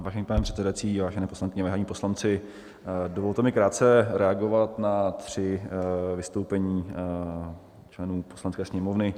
Vážený pane předsedající, vážené poslankyně, vážení poslanci, dovolte mi krátce reagovat na tři vystoupení členů Poslanecké sněmovny.